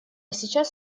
сейчас